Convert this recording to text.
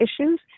issues